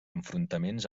enfrontaments